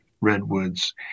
redwoods